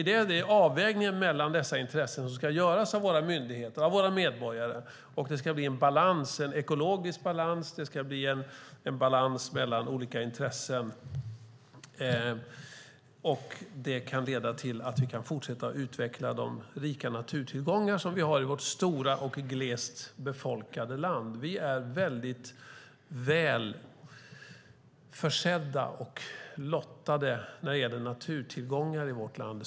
Det är avvägningen mellan dessa intressen som ska göras av våra myndigheter och medborgare så att det blir en balans. Det ska bli en ekologisk balans, en balans mellan olika intressen, så att vi kan fortsätta att utveckla de rika naturtillgångar som vi har i vårt stora och glest befolkade land. Vi är väl försedda och lyckligt lottade när det gäller naturtillgångar i vårt land.